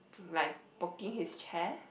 like poking his chair